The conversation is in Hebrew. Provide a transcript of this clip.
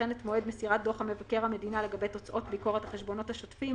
וכן את מועד מסירת דוח מבקר המדינה לגבי תוצאות ביקורת החשבונות השוטפים